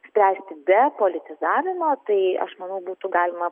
spręsti be politizavimo tai aš manau būtų galima